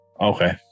Okay